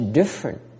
different